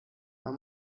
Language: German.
man